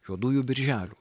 juodųjų birželių